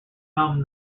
been